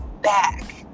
back